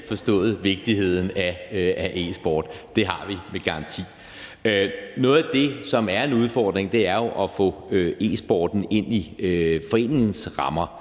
forstået vigtigheden af e-sport. Det har vi med garanti. Noget af det, som er en udfordring, er jo at få e-sporten ind i foreningsrammer,